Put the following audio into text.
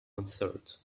answered